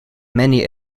many